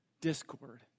discord